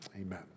Amen